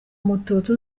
mututsi